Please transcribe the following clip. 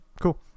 cool